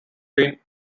green